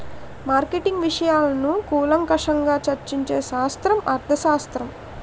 marketing విషయాలను కూలంకషంగా చర్చించే శాస్త్రం అర్థశాస్త్రం